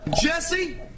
Jesse